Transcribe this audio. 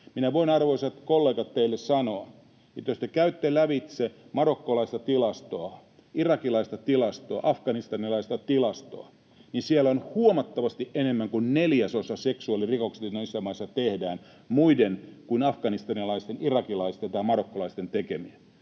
Minä voin, arvoisat kollegat, teille sanoa, että jos te käytte lävitse marokkolaista tilastoa, irakilaista tilastoa, afganistanilaista tilastoa, niin siellä on huomattavasti enemmän kuin neljäsosa seksuaalirikoksista, mitä näissä maissa tehdään, muiden kuin afganistanilaisten, irakilaisten tai marokkolaisten tekemiä.